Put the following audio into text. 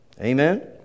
Amen